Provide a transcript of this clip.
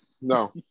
No